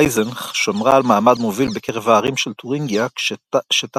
אייזנך שמרה על מעמד מוביל בקרב הערים של תורינגיה שתחת